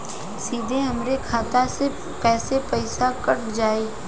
सीधे हमरे खाता से कैसे पईसा कट जाई?